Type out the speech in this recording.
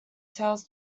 sales